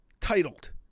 titled